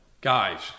guys